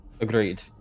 Agreed